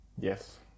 Yes